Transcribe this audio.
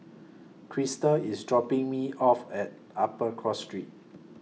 Krista IS dropping Me off At Upper Cross Street